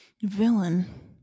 Villain